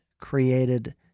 created